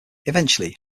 eventually